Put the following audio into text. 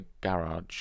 garage